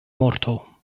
morto